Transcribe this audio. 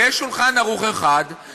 ויש "שולחן ערוך" אחד,